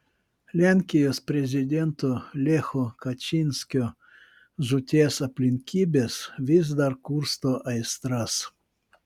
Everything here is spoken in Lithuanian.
lenkijos prezidento lecho kačynskio žūties aplinkybės vis dar kursto aistras